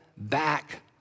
Back